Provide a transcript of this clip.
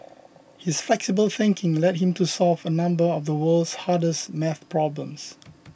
his flexible thinking led him to solve a number of the world's hardest math problems